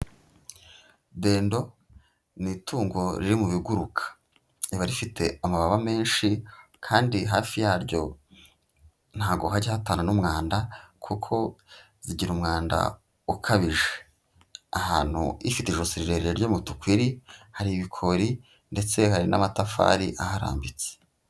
Dendo ni itungo riri mu biguruka riba rifite amababa menshi kandi hafi yaryo ntago hajyahatana n'umwanda kuko zigira umwanda ukabije, ahantu ifite ijosi rirerire ry'umutuku iri, hari ibikori ndetse hari n'amatafari aharambitse.